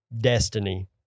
destiny